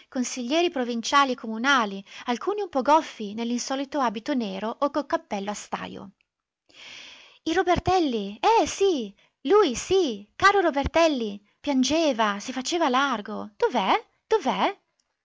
consiglieri provinciali e comunali alcuni un po goffi nell'insolito abito nero o col cappello a stajo il robertelli eh sì lui sì caro robertelli piangeva si faceva largo dov'è